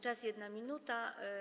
Czas - 1 minuta.